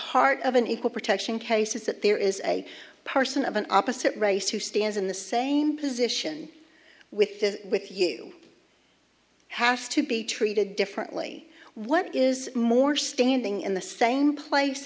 heart of an equal protection case is that there is a person of an opposite race who stands in the same position with is with you has to be treated differently what is more standing in the same place